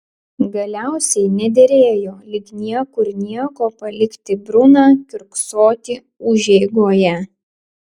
galiausiai nederėjo lyg niekur nieko palikti bruną kiurksoti užeigoje